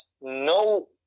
no